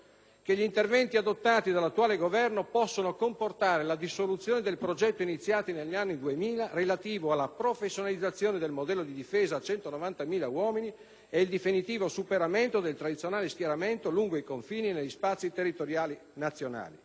che gli interventi adottati dall'attuale Governo possono comportare la dissoluzione del progetto, iniziato nel 2000, relativo alla professionalizzazione del modello di difesa a 190.000 uomini, e il definitivo superamento del tradizionale schieramento lungo i confini e negli spazi territoriali nazionali.